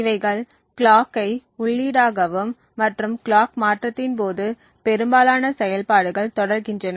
இவைகள் கிளாக்கை உள்ளீடாகவும் மற்றும் கிளாக் மாற்றத்தின் போது பெரும்பாலான செயல்பாடுகள் தொடர்கின்றன